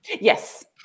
Yes